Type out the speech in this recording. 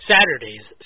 Saturdays